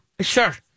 Sure